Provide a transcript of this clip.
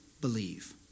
believe